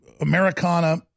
Americana